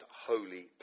holy